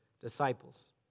disciples